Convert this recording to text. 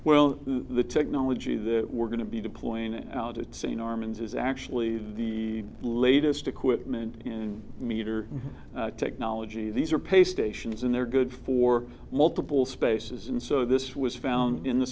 well the technology that we're going to be deploying out at sea norman's is actually the latest equipment and meter technology these are pay stations and they're good for multiple spaces and so this was found in the